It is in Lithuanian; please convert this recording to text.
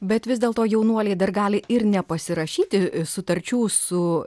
bet vis dėlto jaunuoliai dar gali ir nepasirašyti sutarčių su